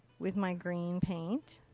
with my green paint.